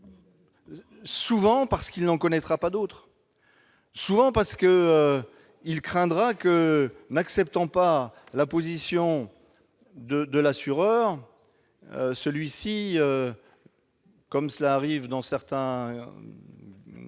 souvent parce qu'il n'en connaît pas d'autres ou parce qu'il craindra que, s'il n'accepte pas la position de l'assureur, celui-ci, comme cela arrive pour ce qui